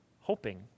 hoping